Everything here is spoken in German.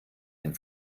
den